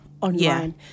online